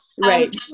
right